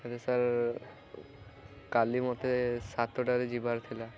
sir କାଲି ମୋତେ ସାତଟାରେ ଯିବାର ଥିଲା